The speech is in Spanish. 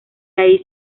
ahí